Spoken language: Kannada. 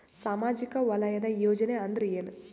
ಸಾಮಾಜಿಕ ವಲಯದ ಯೋಜನೆ ಅಂದ್ರ ಏನ?